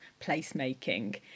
placemaking